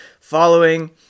following